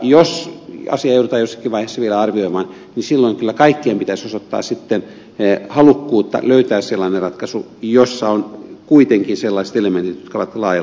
jos asiaa joudutaan jossakin vaiheessa vielä arvioimaan niin silloin kyllä kaikkien pitäisi osoittaa halukkuutta löytää sellainen ratkaisu jossa on kuitenkin sellaiset elementit jotka ovat laajalti hyväksyttyjä